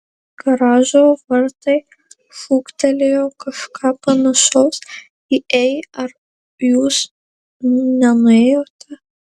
garažo vartai šūktelėjo kažką panašaus į ei ar jūs nenuėjote